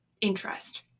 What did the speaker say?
interest